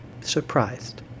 surprised